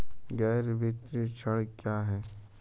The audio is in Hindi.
गैर वित्तीय ऋण क्या है?